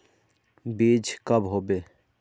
बीज कब होबे?